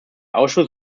ausschuss